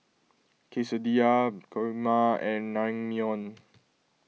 Quesadillas Kheema and Naengmyeon